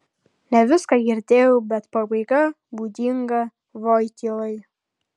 ne viską girdėjau bet pabaiga būdinga voitylai